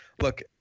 Look